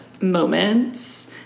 moments